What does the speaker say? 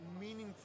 meaningful